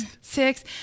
Six